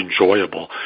enjoyable